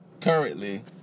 currently